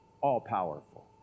all-powerful